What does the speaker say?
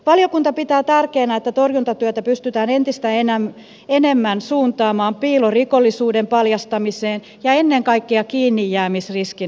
valiokunta pitää tärkeänä että torjuntatyötä pystytään entistä enemmän suuntaamaan piilorikollisuuden paljastamiseen ja ennen kaikkea kiinnijäämisriskin nostamiseen